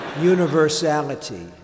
universality